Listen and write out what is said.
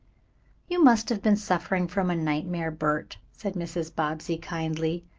you must have been suffering from a nightmare, bert, said mrs. bobbsey kindly.